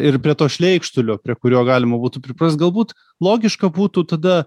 ir prie to šleikštulio prie kurio galima būtų priprast galbūt logiška būtų tada